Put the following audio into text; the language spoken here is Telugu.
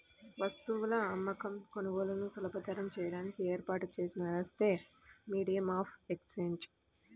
వస్తువుల అమ్మకం, కొనుగోలులను సులభతరం చేయడానికి ఏర్పాటు చేసిన వ్యవస్థే మీడియం ఆఫ్ ఎక్సేంజ్